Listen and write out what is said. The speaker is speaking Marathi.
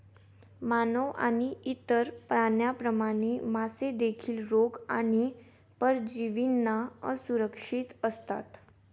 मानव आणि इतर प्राण्यांप्रमाणे, मासे देखील रोग आणि परजीवींना असुरक्षित असतात